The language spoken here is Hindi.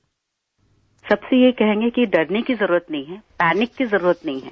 बाइट सबसे ये कहें कि डरने की जरूरत नहीं है पैनिक की जरूरत नहीं है